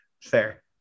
Fair